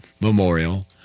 memorial